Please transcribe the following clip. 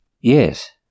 Yes